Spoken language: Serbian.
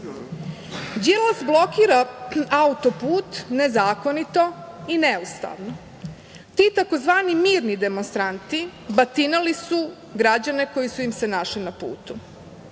Đilas blokira autoput nezakonito i neustavno. Ti tzv. mirni demonstranti batinali su građani koji su im se našli na putu.